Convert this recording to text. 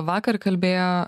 vakar kalbėjo